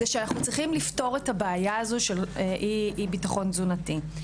זה שאנחנו צריכים לפתור את הבעיה הזו של אי ביטחון תזונתי.